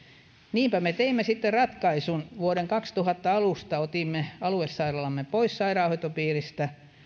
niinpä me teimme sitten ratkaisun vuoden kaksituhatta alusta otimme aluesairaalamme pois sairaanhoitopiiristä